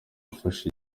afashe